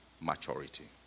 maturity